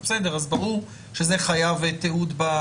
במקרה כזה ברור שזה חייב תיעוד.